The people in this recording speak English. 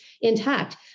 intact